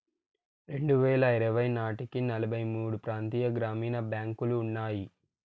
రెండువేల ఇరవై నాటికి నలభై మూడు ప్రాంతీయ గ్రామీణ బ్యాంకులు ఉన్నాయి